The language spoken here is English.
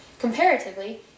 Comparatively